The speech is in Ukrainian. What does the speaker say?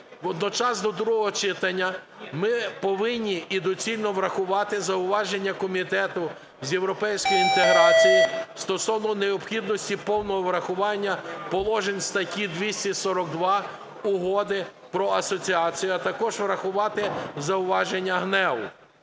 Водночас до другого читання ми повинні і доцільно врахувати зауваження Комітету з європейської інтеграції стосовно необхідності повного врахування положень статті 242 Угоди про асоціацію, а також врахувати зауваження ГНЕУ.